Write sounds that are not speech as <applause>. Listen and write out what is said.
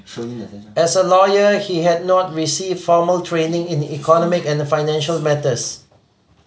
<noise> as a lawyer he had not received formal training in the economic and financial matters